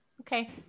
Okay